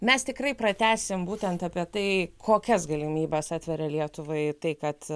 mes tikrai pratęsim būtent apie tai kokias galimybes atveria lietuvai tai kad